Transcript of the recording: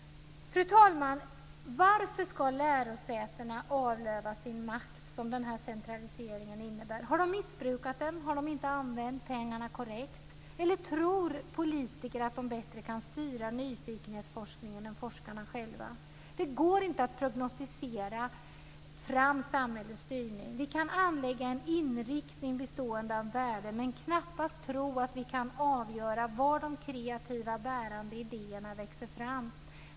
Fru talman! Varför ska lärosätena avlöva sin makt? Centraliseringen innebär det. Har de missbrukat sin makt? Har de inte använt pengarna korrekt, eller tror politikerna att de bättre kan styra nyfikenhetsforskningen än forskarna själva? Det går inte att prognostisera fram samhällets styrning. Vi kan anlägga en inriktning av värden, men vi kan knappast tro att vi kan avgöra var de kreativa bärande idéerna växer fram.